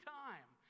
time